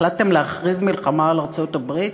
החלטתם להכריז מלחמה על ארצות-הברית?